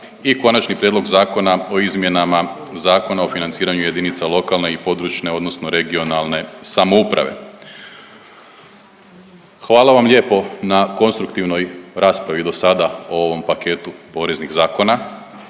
i Konačni prijedlog Zakona o izmjenama Zakona o financiranju jedinica lokalne i područne (regionalne) samouprave. Hvala vam lijepo na konstruktivnoj raspravi do sada o ovom paketu poreznih zakona,